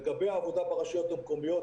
לגבי העבודה ברשויות המקומיות,